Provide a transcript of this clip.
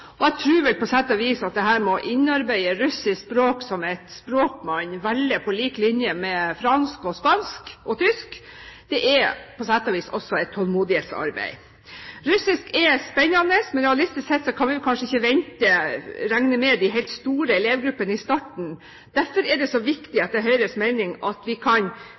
så. Jeg tror vel på sett og vis at man må innarbeide det russiske språket som et språk som man velger på lik linje med fransk, spansk og tysk. Det er på sett og vis også et tålmodighetsarbeid. Russisk er spennende, men realistisk sett kan vi kanskje ikke regne med de helt store elevgruppene i starten. Derfor er det så viktig etter Høyres mening at vi kan